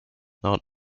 not